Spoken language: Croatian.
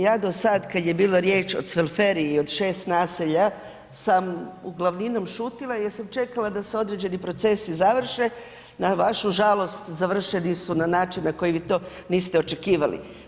Ja do sad kad je bila riječ o Cvelferiji od šest naselja, sam uglavninom šutila jer sam čekala da se određeni procesi završe, na vašu žalost završeni su na način na koji vi to niste očekivali.